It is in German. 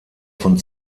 von